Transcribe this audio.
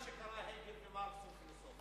חבר הכנסת צרצור,